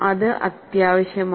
അത് അത്യാവശ്യമാണ്